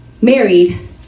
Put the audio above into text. married